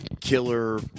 killer